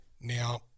Now